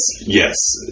yes